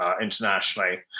internationally